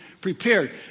prepared